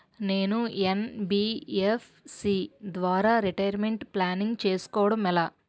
నేను యన్.బి.ఎఫ్.సి ద్వారా retirement planning చేసుకోవడం ఎలా?